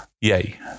yay